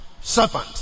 serpent